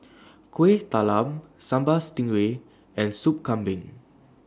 Kuih Talam Sambal Stingray and Sop Kambing